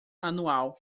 anual